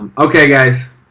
um okay guys,